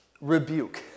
rebuke